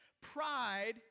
pride